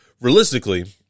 realistically